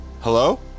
Hello